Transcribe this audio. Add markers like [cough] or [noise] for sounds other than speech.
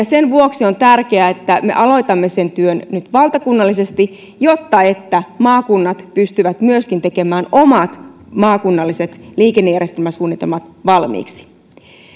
[unintelligible] sen vuoksi on tärkeää että me aloitamme sen työn nyt valtakunnallisesti jotta maakunnat pystyvät tekemään myöskin omat maakunnalliset liikennejärjestelmäsuunnitelmansa valmiiksi